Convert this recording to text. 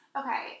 Okay